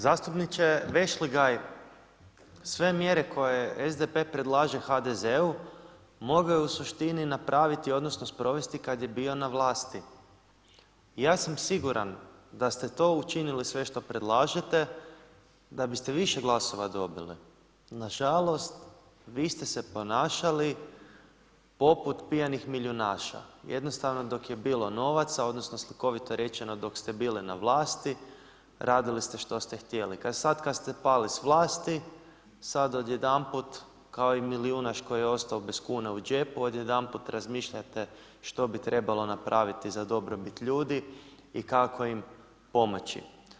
Zastupniče Vešligaj, sve mjere koje SDP predlaže HDZ-u mogao je u suštini napraviti odnosno sprovesti kad je bio na vlasti, ja sam siguran da ste to učinili sve što predlažete da biste više glasova dobili, nažalost vi ste se ponašali poput pijanih milijunaša, jednostavno dok je bilo novaca odnosno slikovito rečeno dok ste bili na vlasti radili ste što ste htjeli, sad kad ste pali s vlasti sad odjedanput kao i milijunaš koji je ostao bez kuna u džepu odjedanput razmišljate što bi trebalo napraviti za dobrobit ljudi i kako im pomoći.